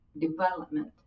development